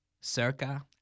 Circa